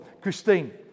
Christine